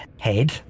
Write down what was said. head